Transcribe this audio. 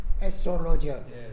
astrologers